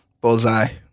Bullseye